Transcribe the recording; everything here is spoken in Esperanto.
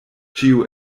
ĉio